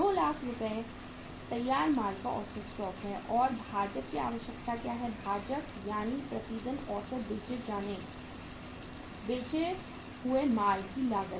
2 लाख रुपये तैयार माल का औसत स्टॉक है और भाजक की आवश्यकता क्या है भाजक यानी प्रतिदिन औसत बचे हुए माल की लागत